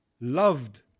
loved